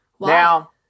Now